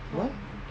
what